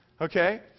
Okay